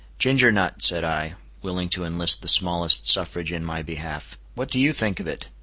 ginger nut, said i, willing to enlist the smallest suffrage in my behalf, what do you think of it?